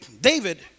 David